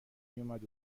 میومد